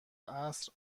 عصر